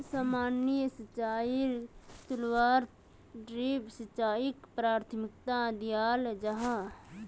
सामान्य सिंचाईर तुलनात ड्रिप सिंचाईक प्राथमिकता दियाल जाहा